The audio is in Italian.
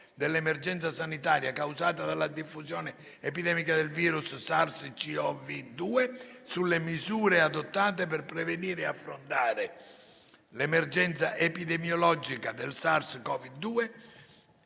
dell’emergenza sanitaria causata dalla diffusione epidemica del virus SARS-CoV-2 e sulle misure adottate per prevenire e affrontare l’emergenza epidemiologica da SARS-CoV-2